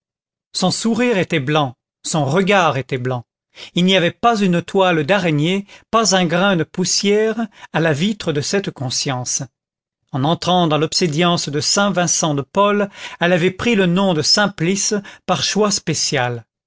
son sourire était blanc son regard était blanc il n'y avait pas une toile d'araignée pas un grain de poussière à la vitre de cette conscience en entrant dans l'obédience de saint vincent de paul elle avait pris le nom de simplice par choix spécial